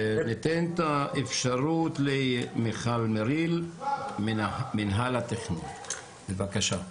ניתן את האפשרות למיכל מריל מינהל התכנון בבקשה.